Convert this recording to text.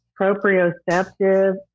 proprioceptive